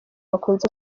bakunze